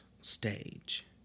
stage